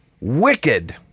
wicked